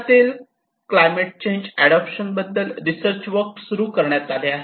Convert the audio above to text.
शहरातील climate change adaptation बद्दल research work सुरू करण्यात आले आहे